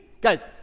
Guys